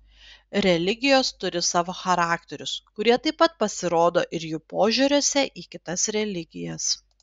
religijos turi savo charakterius kurie taip pat pasirodo ir jų požiūriuose į kitas religijas